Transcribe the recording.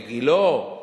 לגילה?